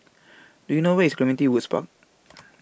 Do YOU know Where IS Clementi Woods Park